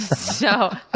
so,